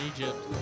Egypt